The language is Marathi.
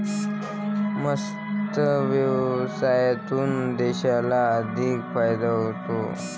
मत्स्य व्यवसायातून देशाला आर्थिक फायदा होतो